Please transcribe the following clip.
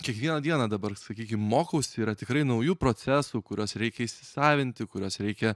kiekvieną dieną dabar sakykim mokausi yra tikrai naujų procesų kuriuos reikia įsisavinti kuriuos reikia